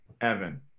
Evan